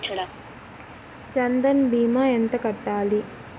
జన్ధన్ భీమా ఎంత కట్టాలి?